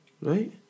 right